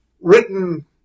written